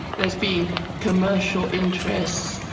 there has been commercial interests.